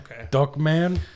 Duckman